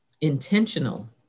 intentional